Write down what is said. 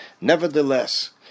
nevertheless